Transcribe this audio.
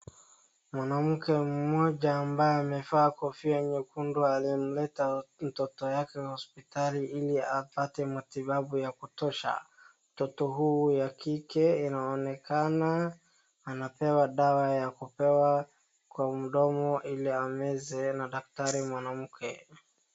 Mwanamke mmoja aliyevaa kofia nyekundu aliyemleta mtoto yake hospitali ili apate matibabu ya kutosha. Mtoto huyu ya kike inaonekana anapewa dawa ya kupewa kwa mdomo ili ameze na daktari mwanamke.